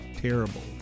terrible